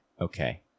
Okay